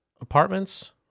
apartments